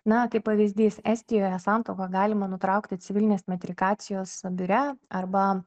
na tai pavyzdys estijoje santuoką galima nutraukti civilinės metrikacijos biure arba